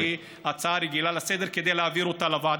שזו הצעה רגילה לסדר-היום,